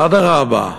אדרבה,